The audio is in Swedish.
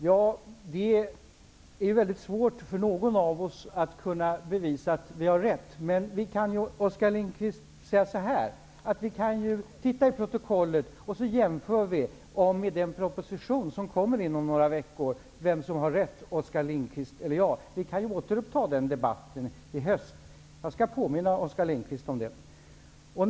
Ja, det är väldigt svårt för någon av oss att bevisa att vi har rätt. Men vi kan, Oskar Lindkvist, säga så här. Vi kan se i protokollet och sedan jämföra med den proposition som kommer om några veckor. Då ser vi vem som har rätt, Oskar Lindkvist eller jag. Vi kan återuppta debatten i höst. Jag skall påminna Oskar Lindkvist om detta.